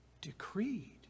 decreed